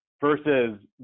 versus